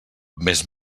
més